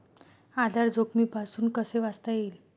आधार जोखमीपासून कसे वाचता येईल?